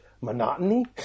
monotony